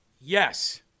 yes